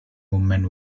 movement